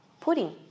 Pudding